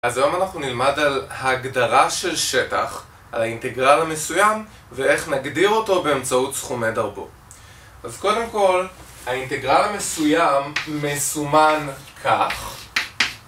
אז היום אנחנו נלמד על הגדרה של שטח, על האינטגרל המסוים, ואיך נגדיר אותו באמצעות סכומי דרגו. אז קודם כל, האינטגרל המסוים מסומן כך.